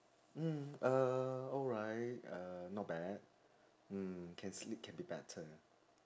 mm uh alright uh not bad mm can sleep can be better